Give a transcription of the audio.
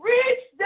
Reach